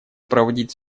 проводить